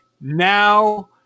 Now